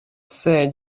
все